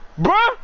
Bruh